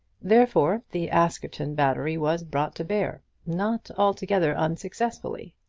therefore the askerton battery was brought to bear not altogether unsuccessfully.